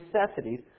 necessities